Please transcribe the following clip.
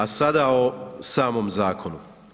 A sada o samom zakonu.